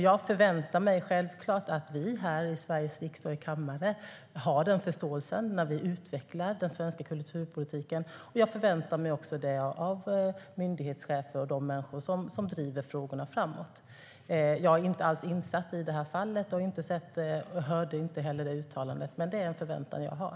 Jag förväntar mig självklart att vi här i Sveriges riksdags kammare har den förståelsen när vi utvecklar den svenska kulturpolitiken, och jag förväntar mig också det av myndighetschefer och de människor som driver frågorna framåt. Jag är inte alls insatt i det här fallet och hörde inte heller uttalandet, men det är en förväntan jag har.